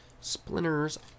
Splinters